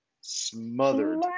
smothered